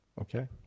Okay